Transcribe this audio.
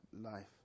life